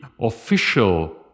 official